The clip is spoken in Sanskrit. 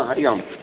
हरिः ओं